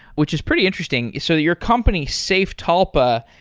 which is pretty interesting. so your company, safetalpa,